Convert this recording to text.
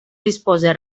dispose